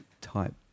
type